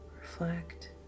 reflect